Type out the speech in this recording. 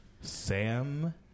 Sam